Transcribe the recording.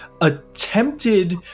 attempted